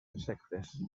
insectes